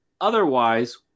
otherwise